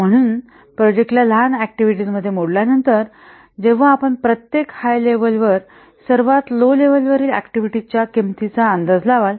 म्हणून प्रोजेक्टला लहान ऍक्टिव्हिटीज मध्ये मोडल्यानंतर तर जेव्हा आपण प्रत्येक हाय लेव्हल वर सर्वात लो लेव्हलवरील ऍक्टिव्हिटीजच्या किंमतीचा अंदाज लावाल